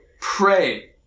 Pray